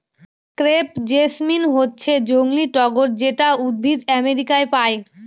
crepe jasmine হচ্ছে জংলী টগর যেটা উদ্ভিদ আমেরিকায় পায়